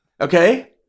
Okay